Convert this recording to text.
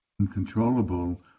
uncontrollable